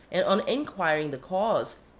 and on inquiring the cause,